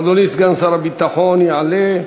אדוני סגן שר הביטחון יעלה.